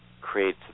create